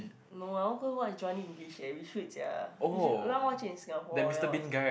no I want go watch Johnny-English eh we should sia we should don't want watch in Singapore you want watch it